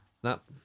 Snap